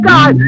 God